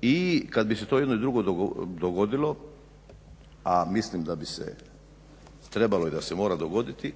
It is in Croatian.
i kad bi se to jedno i drugo dogodilo, a mislim da bi se trebalo i da se mora dogoditi